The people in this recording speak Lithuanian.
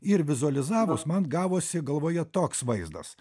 ir vizualizavus man gavosi galvoje toks vaizdas